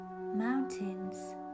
mountains